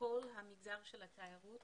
שכל המגזר של התיירות